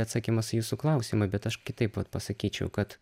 atsakymas į jūsų klausimą bet aš kitaip vat pasakyčiau kad